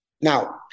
Now